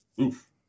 Oof